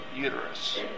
uterus